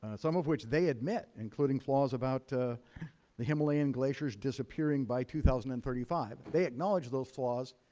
and some of which they admit including flaws about the himalayan glaciers disappearing by two thousand and thirty five. they acknowledged those flaws.